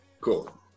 Cool